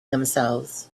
themselves